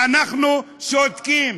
ואנחנו שותקים.